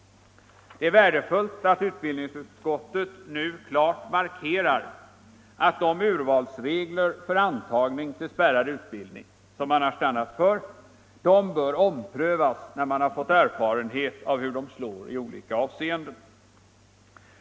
Det är värdefullt att utbildningsutskottet nu klart markerar att de urvalsregler för antagning till spärrad utbildning, som man stannat för, bör omprövas när man fått erfarenhet av hur de slår i olika avseenden.